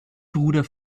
bruder